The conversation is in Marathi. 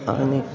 आणि